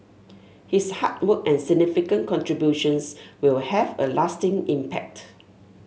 his hard work and significant contributions will have a lasting impact